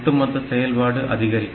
ஒட்டுமொத்த செயல்பாடு அதிகரிக்கும்